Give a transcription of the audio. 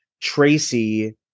Tracy